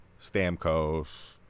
Stamkos